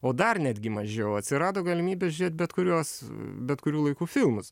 o dar netgi mažiau atsirado galimybė žiūrėt bet kuriuos bet kurių laikų filmus